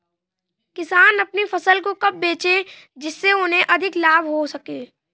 किसान अपनी फसल को कब बेचे जिसे उन्हें अधिक लाभ हो सके?